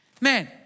Man